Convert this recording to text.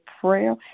prayer